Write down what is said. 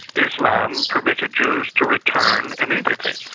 islam permitted jews to return immediately,